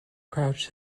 crouch